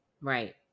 Right